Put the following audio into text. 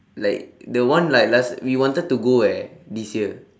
like the one like last we wanted to go eh this year